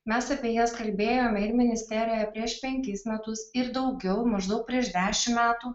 mes apie jas kalbėjome ir ministerijoje prieš penkis metus ir daugiau maždaug prieš dešim metų